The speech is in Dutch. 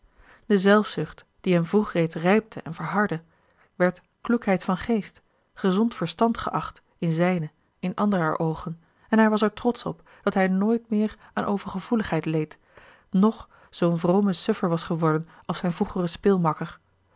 de zelfzucht die hem vroeg reeds rijpte en verhardde werd kloekheid van geest gezond verstand geacht in zijne in anderer oogen en hij was er trotsch op dat hij nooit meer aan overgevoeligheid leed noch zoo'n vrome suffer was geworden als zijn vroegere